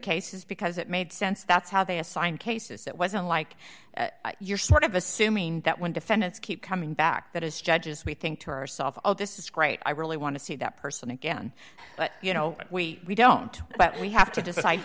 cases because it made sense that's how they assign cases it wasn't like you're sort of assuming that when defendants keep coming back that is judges may think to yourself oh this is great i really want to see that person again but you know we we don't but we have to decide